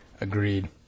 Agreed